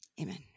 Amen